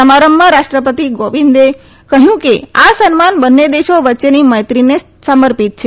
સમારંભમાં રાષ્ટ્રપતિ કોવિંદે કહયું કે આ સન્માન બંને દેશો વચ્ચેની મૈત્રીને સમર્પિત છે